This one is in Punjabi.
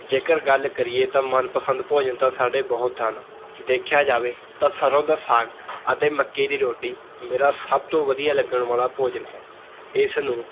ਜੇਕਰ ਗੱਲ ਕਰੀਏ ਤਾਂ ਮਨਪਸੰਦ ਭੋਜਨ ਤਾਂ ਸਾਡੇ ਬਹੁਤ ਹਨ ਦੇਖਿਆ ਜਾਵੇ ਤਾਂ ਸਰ੍ਹੋਂ ਦਾ ਸਾਗ ਅਤੇ ਮੱਕੀ ਦੀ ਰੋਟੀ ਮੇਰਾ ਸਭ ਤੋਂ ਵਧੀਆ ਲੱਗਣ ਵਾਲਾ ਭੋਜਨ ਹੈ ਇਸ ਨੂੰ